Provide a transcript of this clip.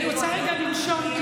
אני רוצה רגע לנשום,